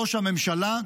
ראש הממשלה,